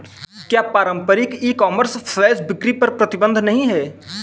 क्या पारंपरिक e commerce flash बिक्री पर प्रतिबंध नहीं है?